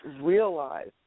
realize